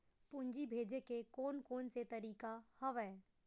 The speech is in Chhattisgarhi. पूंजी भेजे के कोन कोन से तरीका हवय?